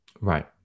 Right